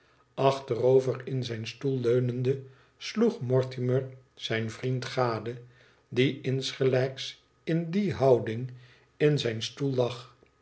achterover in zijn stoel leunende sloeg mortimer zijn vriend gade die insgelijks in die houding in zijn stoel lag